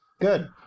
good